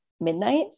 midnight